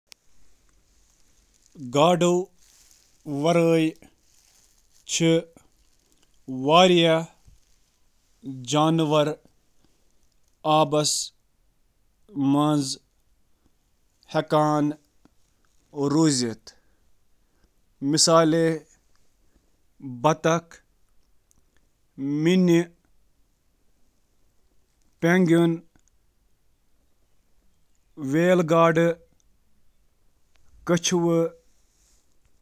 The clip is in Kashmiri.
واریاہ جانور چھِ گاڈٕ علاوٕ باقٕے آبس منٛز روزان یتھ منٛز وہیل، ڈولفن، شارک، مگرمچھ ، کچھوٕ تہٕ باقی شٲمِل چھِ۔